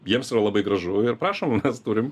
jiems yra labai gražu ir prašom mes turim